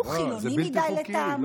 הוא חילוני מדי לטעמו.